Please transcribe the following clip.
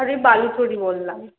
আমি বালুচরি বললাম